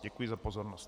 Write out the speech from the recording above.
Děkuji za pozornost.